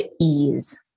ease